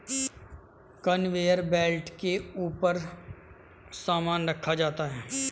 conveyor belt के ऊपर सामान रखा जाता है